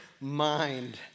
mind